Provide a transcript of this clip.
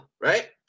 right